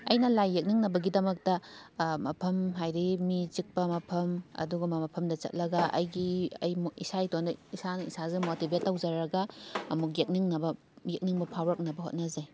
ꯑꯩꯅ ꯂꯥꯏ ꯌꯦꯛꯅꯤꯡꯅꯕꯒꯤꯗꯃꯛꯇ ꯃꯐꯝ ꯍꯥꯏꯗꯤ ꯃꯤ ꯆꯤꯛꯄ ꯃꯐꯝ ꯑꯗꯨꯒꯨꯝꯕ ꯃꯐꯝꯗ ꯆꯠꯂꯒ ꯑꯩꯒꯤ ꯑꯩ ꯏꯁꯥ ꯏꯇꯣꯝꯇ ꯏꯁꯥꯅ ꯏꯁꯥꯁꯦ ꯃꯣꯇꯤꯕꯦꯠ ꯇꯧꯖꯔꯒ ꯑꯃꯨꯛ ꯌꯦꯛꯅꯤꯡꯅꯕ ꯌꯦꯛꯅꯤꯡꯕ ꯐꯥꯎꯔꯛꯅꯕ ꯍꯣꯠꯅꯖꯩ